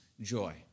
joy